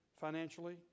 financially